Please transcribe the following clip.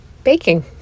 Baking